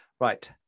Right